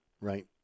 Right